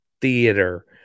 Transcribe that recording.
theater